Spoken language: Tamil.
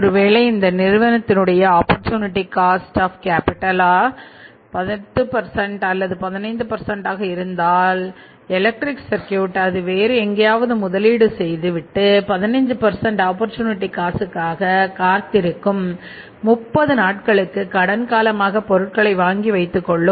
ஒருவேளை இந்த நிறுவனத்தினுடைய ஆப்பர்ச்சுனிட்டி காஸ்ட் ஆஃ கேபிடல் காத்திருந்து 30 நாட்களுக்கு கடன் காலமாக பொருட்களை வாங்கி வைத்துக் கொள்ளும்